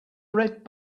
red